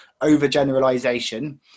overgeneralization